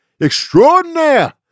Extraordinaire